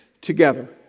together